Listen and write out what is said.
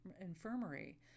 infirmary